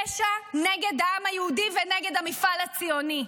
פשע נגד העם היהודי ונגד המפעל הציוני.